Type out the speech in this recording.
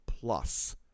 plus